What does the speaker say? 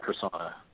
persona